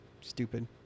stupid